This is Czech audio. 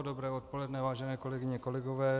Dobré odpoledne, vážené kolegyně, kolegové.